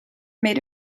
made